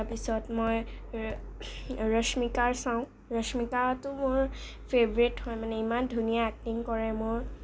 তাৰপিছত মই ৰশ্মিকাৰ চাওঁ ৰশ্মিকাটো মোৰ ফেভৰেট হয় মানে ইমান ধুনীয়া এক্টিং কৰে মোৰ